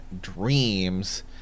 dreams